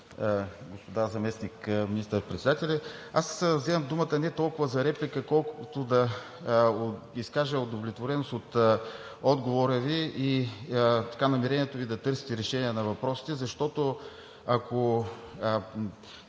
господа заместник министър-председатели! Аз вземам думата не толкова за реплика, колкото да изкажа удовлетвореност от отговора и намерението Ви да търсите решение на въпросите, защото, ако